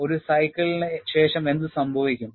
ഒരു സൈക്കിൾ ന് ശേഷം എന്ത് സംഭവിക്കും